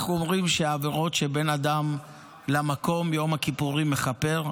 אנחנו אומרים שעבירות של בן אדם למקום יום הכיפורים מכפר.